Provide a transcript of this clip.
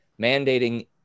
mandating